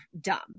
dumb